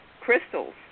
crystals